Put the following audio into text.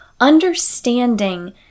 Understanding